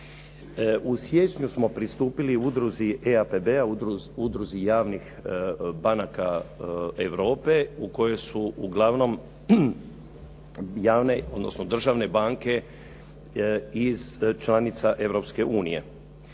U siječnju smo pristupili udruzi EAPB-a, udruzi javnih banaka Europe u kojoj su uglavnom javne, odnosno državne banke iz članica Europske unije.